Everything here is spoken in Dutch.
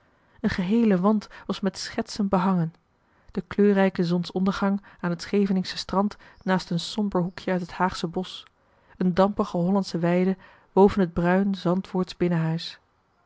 een geheele wand was met marcellus emants een drietal novellen schetsen behangen de kleurrijke zonsondergang aan het scheveningsche strand naast een somber hoekje uit het haagsche bosch een dampige hollandsche weide boven het bruin zantvoortsch binnenhuis